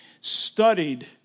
studied